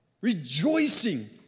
rejoicing